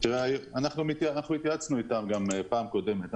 אנחנו התייעצנו איתם גם בפעם הקודמת.